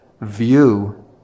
view